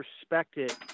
respected